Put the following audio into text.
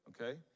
okay